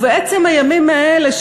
ובעצם הימים האלה,